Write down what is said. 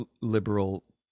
liberal